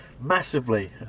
massively